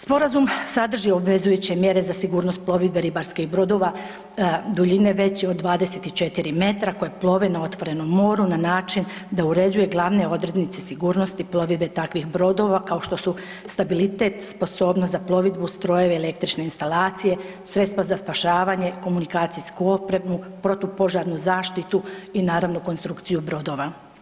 Sporazum sadrži obvezujuće mjere za sigurnost plovidbe ribarskih brodova duljine veće od 24 metra koje plove na otvorenom moru na način da uređuje glavne odrednice sigurnosti plovidbe takvih brodova kao što su stabilitet, sposobnost za plovidbu, strojeve, električne instalacije, sredstva za spašavanje, komunikacijsku opremu, protupožarnu zaštitu i naravno konstrukciju brodova.